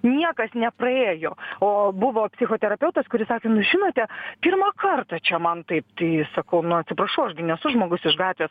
niekas nepraėjo o buvo psichoterapeutas kuris sakė nu žinote pirmą kartą čia man taip tai sakau nu atsiprašau aš gi nesu žmogus iš gatvės